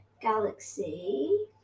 galaxy